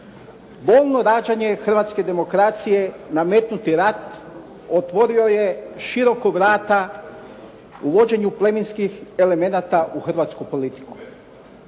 Bolno rađanje hrvatske demokracije, nametnuti rat, otvorio je široko vrata u vođenju plemenskih elemenata u hrvatsku politiku.